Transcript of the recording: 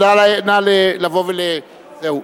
בבקשה.